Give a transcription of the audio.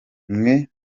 mwe